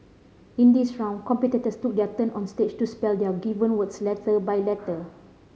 in this round competitors took their turn on stage to spell their given words letter by letter